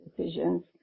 decisions